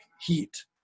heat